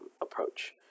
approach